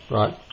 right